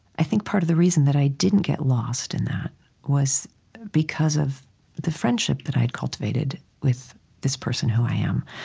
i think part of the reason that i didn't get lost in that was because of the friendship that i'd cultivated with this person who i am.